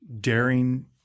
daring